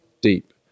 deep